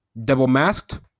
double-masked